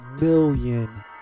Million